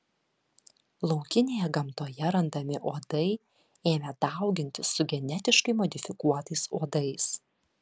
laukinėje gamtoje randami uodai ėmė daugintis su genetiškai modifikuotais uodais